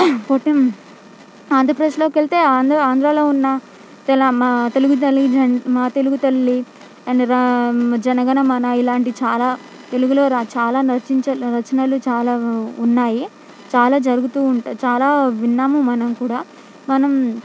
పోతే ఆంధ్రప్రదేశ్లోకి వెళ్తే ఆంధ్రా ఆంధ్రాలో ఉన్న తెల మా తెలుగుతల్లి జన్ మా తెలుగుతల్లి అండ్ రా జనగణమన ఇలాంటి చాలా తెలుగులో ర చాలా రచించ రచనలు చాలా ఉ ఉన్నాయి చాలా జరుగుతూ ఉంట చాలా విన్నాము మనం కూడా మనం